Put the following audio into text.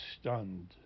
stunned